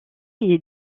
est